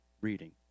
reading